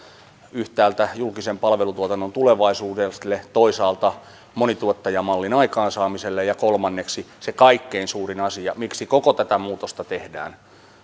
yhtäältä julkisen palvelutuotannon tulevaisuudelle toisaalta monituottajamallin aikaansaamiselle ja kolmanneksi on se kaikkein suurin asia miksi koko tätä muutosta tehdään